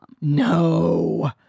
no